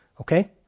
okay